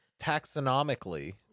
Taxonomically